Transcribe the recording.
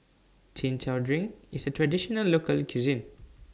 Chin Chow Drink IS A Traditional Local Cuisine